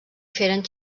feren